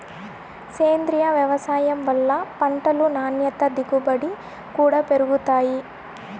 సేంద్రీయ వ్యవసాయం వల్ల పంటలు నాణ్యత దిగుబడి కూడా పెరుగుతాయి